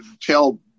tell